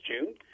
June